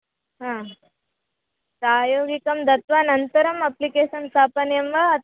हा प्रायोगिकं दत्वा अनन्तरम् अप्लिकेशन् स्थापनीयं वा अतः